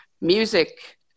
music